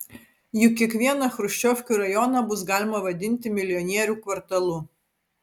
juk kiekvieną chruščiovkių rajoną bus galima vadinti milijonierių kvartalu